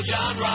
John